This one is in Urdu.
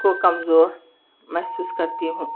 کو کمزور محسوس کرتی ہوں